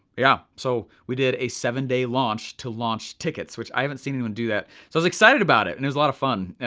yeah, so we did a seven day launch to launch tickets, which i hadn't seen anyone do that. so i was excited about it. and it was a lotta fun.